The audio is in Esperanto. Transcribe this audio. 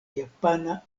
japana